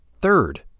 Third